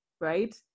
right